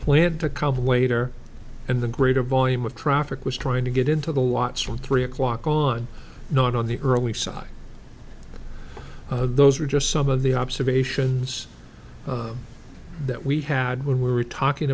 planned to come waiter and the greater volume of traffic was trying to get into the lots from three o'clock on not on the early side those are just some of the observations that we had when we were talking